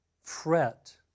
fret